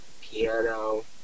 piano